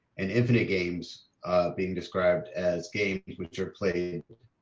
and infinite games being described as games which are played